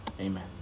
Amen